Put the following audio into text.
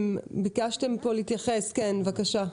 ביקשתם להתייחס, בבקשה.